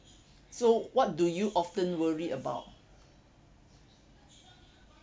so what do you often worry about